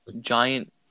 giant